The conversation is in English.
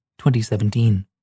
2017